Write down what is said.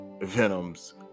Venom's